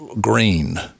green